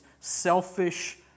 selfish